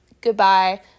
Goodbye